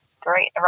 great